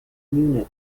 unit